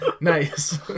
Nice